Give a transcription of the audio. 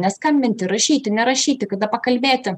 neskambinti rašyti nerašyti kada pakalbėti